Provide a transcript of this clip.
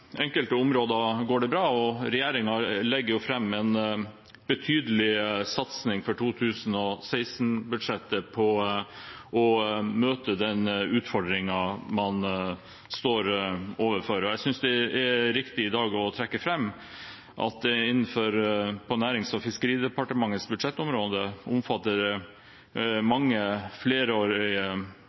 enkelte områder. Regjeringen legger fram en betydelig satsing i 2016-budsjettet for å møte den utfordringen man står overfor. Jeg synes det er riktig i dag å trekke fram at innenfor Nærings- og fiskeridepartementets budsjettområde er det mange flerårige